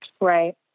Right